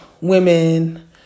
women